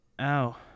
Ow